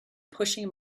pushing